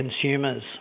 consumers